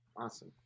Awesome